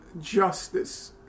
justice